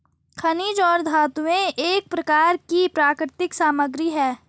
खनिज और धातुएं एक प्रकार की प्राकृतिक सामग्री हैं